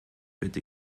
bitte